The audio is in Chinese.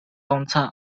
东侧